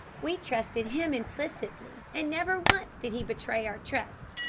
we trusted him implicitly, and never once did he betray our trust.